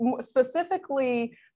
specifically